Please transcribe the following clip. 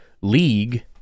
league